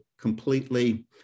completely